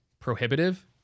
prohibitive